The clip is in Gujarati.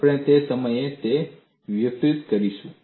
આપણે તે સમયે તે વ્યુત્પત્તિ કરીશું